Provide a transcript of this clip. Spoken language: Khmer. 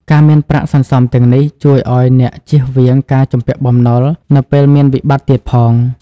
ការមានប្រាក់សន្សំទាំងនេះ ជួយឱ្យអ្នកជៀសវាងការជំពាក់បំណុលនៅពេលមានវិបត្តិទៀតផង។